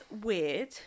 Weird